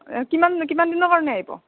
কিমান কিমান দিনৰ কাৰণে আহিব